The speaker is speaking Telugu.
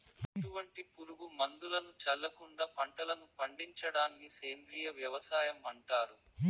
ఎటువంటి పురుగు మందులను చల్లకుండ పంటలను పండించడాన్ని సేంద్రీయ వ్యవసాయం అంటారు